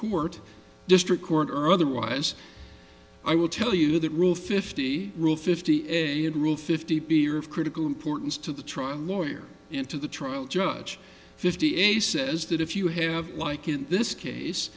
court district court or otherwise i will tell you that rule fifty rule fifty a and rule fifty b are of critical importance to the trial lawyer into the trial judge fifty a says that if you have like in this case